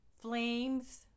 Flames